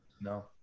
No